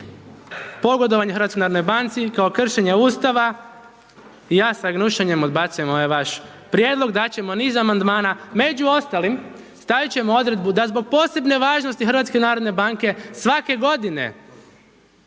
pogodovanje HNB-u, kao kršenje Ustava i ja sa gnušanjem odbacujem ovaj vaš prijedlog, dat ćemo niz amandmana, među ostalim stavit ćemo odredbu da zbog posebne važnosti HNB-a svake godine